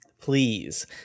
Please